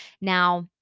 Now